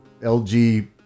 LG